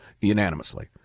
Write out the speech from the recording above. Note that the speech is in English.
unanimously